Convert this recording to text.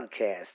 podcast